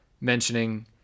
mentioning